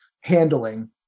handling